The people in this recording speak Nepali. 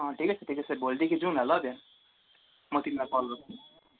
अँ ठिकै छ ठिकै छ भोलिदेखि जाउँ न ल बिहान म तिमीलाई कल गर्छु